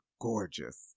gorgeous